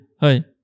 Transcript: hi